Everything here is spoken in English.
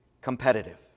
competitive